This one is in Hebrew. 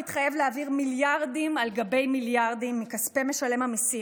הוא התחייב להעביר מיליארדים על גבי מיליארדים מכספי משלם המיסים,